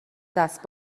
دست